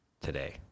today